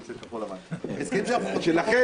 של כחול לבן הסכמים שאנחנו חותמים -- שלכם,